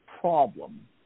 problem